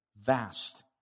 vast